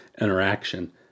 interaction